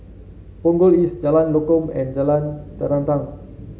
Punggol East Jalan Lokam and Jalan Terentang